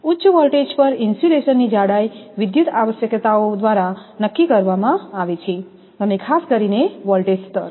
ઉચ્ચ વોલ્ટેજ પર ઇન્સ્યુલેશનની જાડાઈ વિદ્યુત આવશ્યકતાઓ દ્વારા નક્કી કરવામાં આવે છે ખાસ કરીને વોલ્ટેજ સ્તર